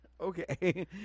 okay